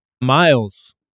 Miles